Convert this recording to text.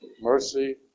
mercy